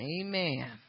Amen